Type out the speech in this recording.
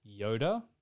Yoda